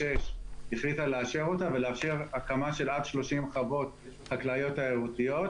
החליטה לאשר אותה ולאשר הקמה של עד 30 חוות חקלאיות תיירותיות.